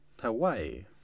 Hawaii